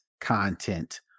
content